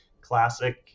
classic